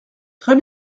très